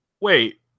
Wait